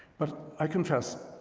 but, i confess,